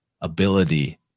ability